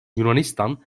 yunanistan